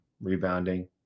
rebounding